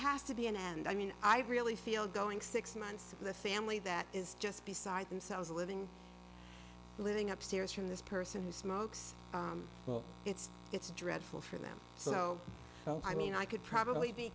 has to be an and i mean i really feel going six months of the family that is just beside themselves living living upstairs from this person who smokes well it's it's dreadful for them so i mean i could probably be